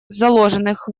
заложенных